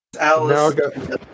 Alice